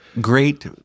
great